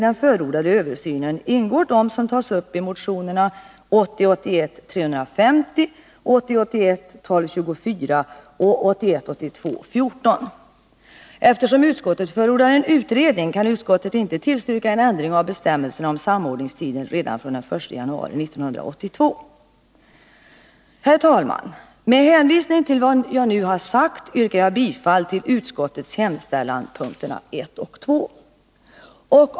Eftersom utskottet förordar en utredning kan utskottet inte tillstyrka en ändring av bestämmelserna om samordningstiden redan från den 1 januari 1982. Herr talman! Med hänvisning till vad jag nu sagt yrkar jag bifall till utskottets hemställan under punkterna 1 och 2.